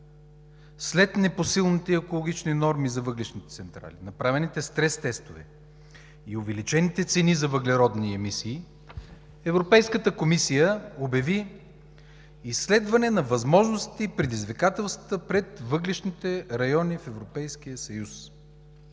След непосилните екологични норми за въглищните централи, направените стрес тестове и увеличените цени за въглеродни емисии, Европейската комисия обяви изследване на възможностите и предизвикателствата пред въглищните райони в Европейския съюз.